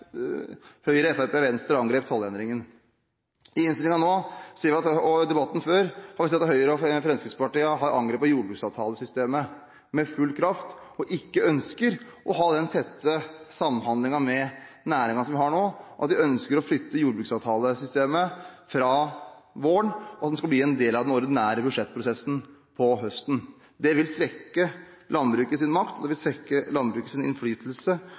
Høyre, Fremskrittspartiet og Venstre angrep tollendringen. I innstillingen nå og før i debatter har Høyre og Fremskrittspartiet angrepet jordbruksavtalesystemet med full kraft; de ønsker ikke å ha den tette samhandlingen med næringen som vi har nå. De ønsker å flytte jordbruksavtalesystemet fra våren, og det skal bli en del av den ordinære budsjettprosessen på høsten. Det vil svekke landbrukets makt og innflytelse